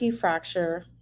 fracture